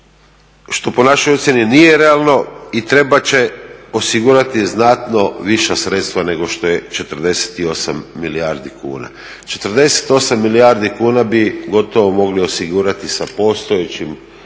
što je po našoj ocjeni nije realno i trebat će osigurati znatno viša sredstva nego što je 48 milijardi kuna. 48 milijardi kuna bi gotovo mogli osigurati sa postojećim